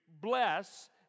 Bless